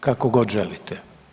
Kako god želite.